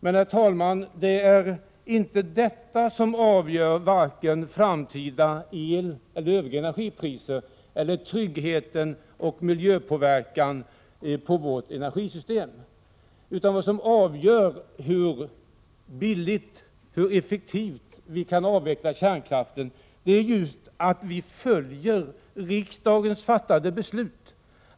Men, herr talman, det är inte detta som avgör de framtida priserna på el och övrig energi eller tryggheten och miljöpåverkan, utan det avgörande för hur billigt, hur effektivt vi kan avveckla kärnkraften är just att vi följer riksdagens fattade beslut.